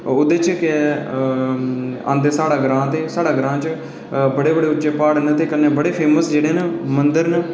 ओह्दे च गै साढ़ा ग्रांऽ औंदा ऐ साढ़े ग्रांऽ च बड़े उच्चे उच्चे प्हाड़ न ते कन्नै बड़े फेमस जेह्ड़े न मंदर न